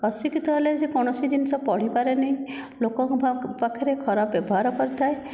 ଅଶିକ୍ଷିତ ହେଲେ ସେ କୌଣସି ଜିନିଷ ପଢ଼ି ପାରେନି ଲୋକଙ୍କ ପାଖରେ ଖରାପ ବ୍ୟବହାର କରିଥାଏ